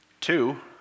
Two